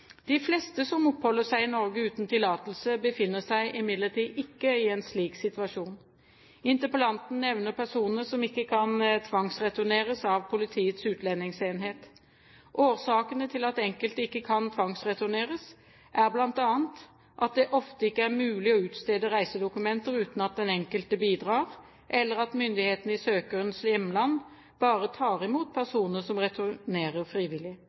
De fleste som oppholder seg i Norge uten tillatelse, befinner seg imidlertid ikke i en slik situasjon. Interpellanten nevner personer som ikke kan tvangsreturneres av Politiets utlendingsenhet. Årsakene til at enkelte ikke kan tvangsreturneres, er bl.a. at det ofte ikke er mulig å utstede reisedokumenter uten at den enkelte bidrar, eller at myndighetene i søkerens hjemland bare tar imot personer som returnerer frivillig.